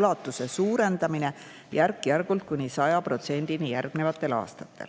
suurendamine järk-järgult kuni 100%-ni järgnevatel aastatel.